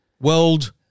World